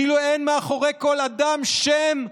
כאילו אין מאחורי כל אדם שם,